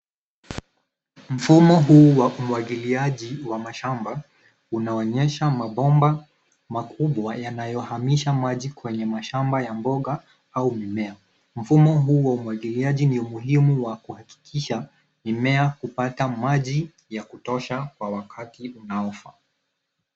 Mfumo huu wa umwagiliaji wa mashamba unaonyesha mabomba makubwa yanayohamisha maji kwenye mashamba ya mboga au mmea. Mfumo huu wa umwagiliaji ni muhimu wa kuhakikisha mimea kupata maji ya kutosha kwa wakati unaofaa.